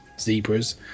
zebras